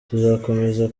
tuzakomeza